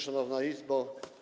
Szanowna Izbo!